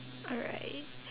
alright